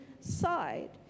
side